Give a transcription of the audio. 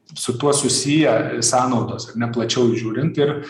su tuo susiję sąnaudos ar ne plačiau žiūrint ir